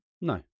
no